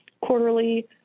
quarterly